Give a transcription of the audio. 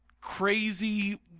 crazy